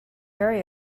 very